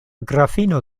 grafino